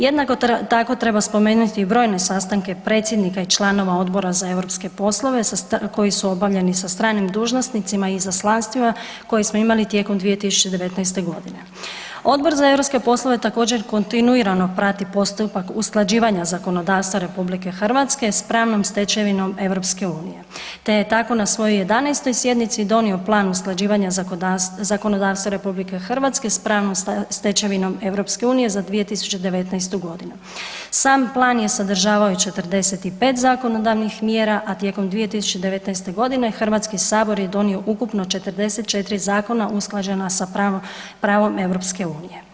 Jednako tako, treba spomenuti i brojne sastanke predsjednika i članova Odbora za europske poslove koji su obavljeni sa stranim dužnosnicima i izaslanstvima koje smo imali tijekom 2019. g. Odbor za europske poslove također, kontinuirano prati postupak usklađivanja zakonodavstva RH s pravnom stečevinom EU te je tako na svojoj 11. sjednici donio Plan usklađivanja zakonodavstva RH s pravnom stečevinom EU za 2019. g. Sam Plan je sadržavao i 45 zakonodavnih mjera, a tijekom 2019. g. HS je donio ukupno 44 zakona usklađena s pravom EU.